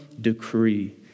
decree